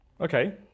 Okay